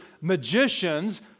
magicians